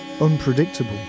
unpredictable